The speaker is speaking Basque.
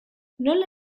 nola